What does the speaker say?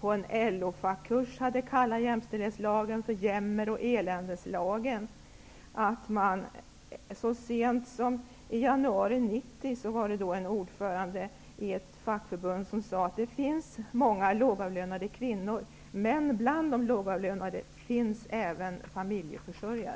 på en LO-kurs kallat jämställdhetslagen för ''jämmer och eländeslagen''. Så sent som i januari 1990 hade en ordförande i ett fackförbund sagt: Det finns många lågavlönade kvinnor, men bland de lågavlönade finns även familjeförsörjare.